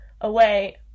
away